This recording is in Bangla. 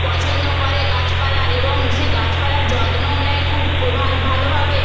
পছন্দ করে গাছপালার এবং সে গাছপালার যত্নও নেয় খুব পো ভাল্ ভালোভাবে